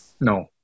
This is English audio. No